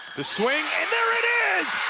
the swing, and there it is!